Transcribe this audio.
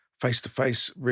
face-to-face